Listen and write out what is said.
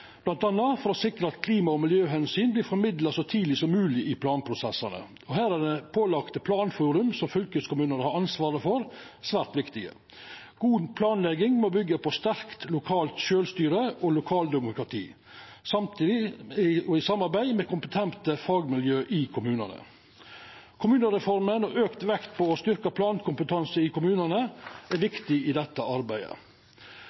for å sikra at klima- og miljøomsyn vert formidla så tidleg som mogleg i planprosessane. Her er dei pålagde planforuma som fylkeskommunane har fått ansvaret for, svært viktige. God planlegging må byggja på eit sterkt sjølvstyre og lokaldemokrati, i samarbeid med kompetente fagmiljø i kommunane. Kommunereforma og auka vekt på å styrkja plankompetansen i kommunane er